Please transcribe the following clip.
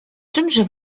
czymże